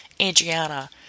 Adriana